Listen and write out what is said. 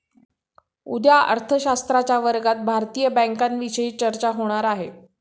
उद्या अर्थशास्त्राच्या वर्गात भारतीय बँकांविषयी चर्चा होणार आहे